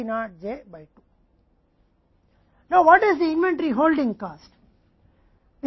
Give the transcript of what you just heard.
अब क्या इन्वेंट्री की लागत क्या है